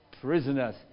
prisoners